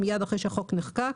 מיד אחרי שהחוק נחקק.